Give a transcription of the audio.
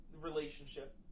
relationship